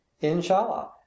Inshallah